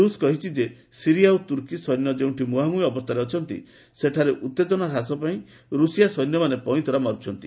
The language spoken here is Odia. ରୁଷ୍ କହିଛି ଯେ ସିରିଆ ଓ ତୂର୍କୀ ସୈନ୍ୟ ଯେଉଁଠି ମୁହାଁମୁହିଁ ଅବସ୍ଥାରେ ଅଛନ୍ତି ସେଠାରେ ଉତ୍ତେଜନା ହ୍ରାସ ପାଇଁ ରୁଷିଆ ସୈନ୍ୟମାନେ ପଇଁତରା ମାରୁଛନ୍ତି